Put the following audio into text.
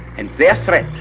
and their threat